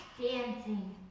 Dancing